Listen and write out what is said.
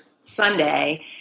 Sunday